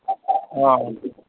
ꯑꯥ